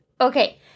Okay